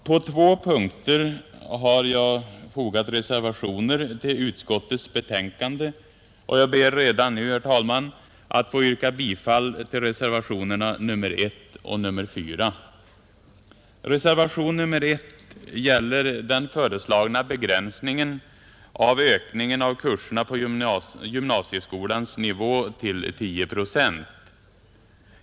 På två punkter har jag fogat reservationer till utskottets betänkande, och jag ber redan nu, herr talman, att få yrka bifall till reservationerna 1 och 4. Reservation nr 1 gäller den föreslagna begränsningen av ökningen av kurserna på gymnasieskolans nivå till 10 procent.